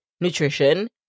nutrition